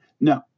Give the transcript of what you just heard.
no